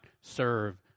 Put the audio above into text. serve